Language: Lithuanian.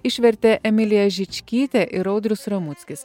išvertė emilija žičkytė ir audrius ramuckis